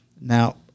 now